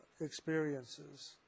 experiences